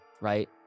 right